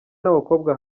n’abakobwa